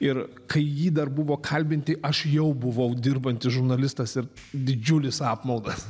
ir kai jį dar buvo kalbinti aš jau buvau dirbantis žurnalistas ir didžiulis apmaudas